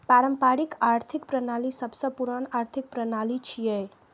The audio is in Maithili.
पारंपरिक आर्थिक प्रणाली सबसं पुरान आर्थिक प्रणाली छियै